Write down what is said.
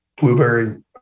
blueberry